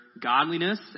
godliness